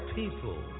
people